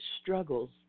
struggles